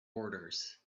orders